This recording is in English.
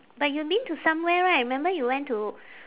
but you been to somewhere right remember you went to